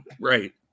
Right